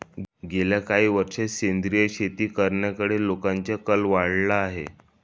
गेल्या काही वर्षांत सेंद्रिय शेती करण्याकडे लोकांचा कल वाढला आहे